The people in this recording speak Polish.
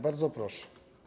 Bardzo proszę.